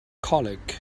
colic